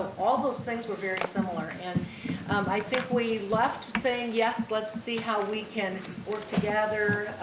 all those things were very similar. and um i think we left saying, yes, let's see how we can work together.